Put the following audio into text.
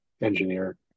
engineer